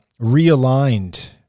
realigned